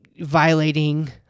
violating